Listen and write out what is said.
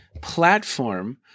platform